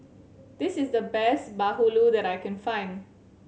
this is the best bahulu that I can find